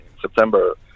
September